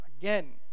Again